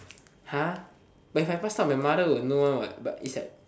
!huh! if I passed out my mother would know one what but it's at